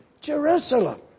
Jerusalem